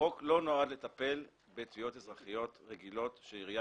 החוק לא נועד לטפל בתביעות אזרחיות רגילות שעירייה